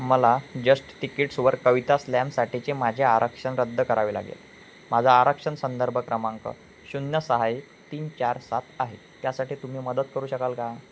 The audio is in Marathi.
मला जस्ट तिकीट्सवर कविता स्लॅमसाठीचे माझे आरक्षण रद्द करावे लागेल माझा आरक्षण संदर्भ क्रमांक शून्य सहा एक तीन चार सात आहे त्यासाठी तुम्ही मदत करू शकाल का